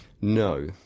no